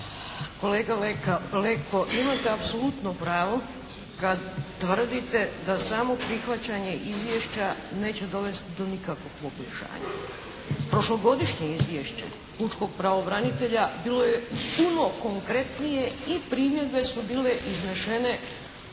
Kolega Leko imate apsolutno pravo kada tvrdite da samo prihvaćanje izvješća neće dovesti do nikakvog poboljšanja. Prošlogodišnje izvješće pučkog pravobranitelja bilo je puno konkretnije i primjedbe su bile iznešene